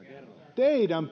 teidän